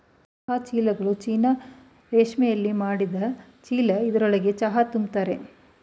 ಚಹಾ ಚೀಲ್ಗಳು ಚೀನಾ ರೇಶ್ಮೆಲಿ ಮಾಡಿದ್ ಚೀಲ ಇದ್ರೊಳ್ಗೆ ಚಹಾ ತುಂಬಿರ್ತರೆ